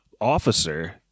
officer